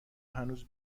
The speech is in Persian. هنوز